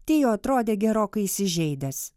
tio atrodė gerokai įsižeidęs